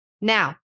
Now